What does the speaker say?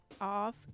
off